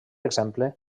exemple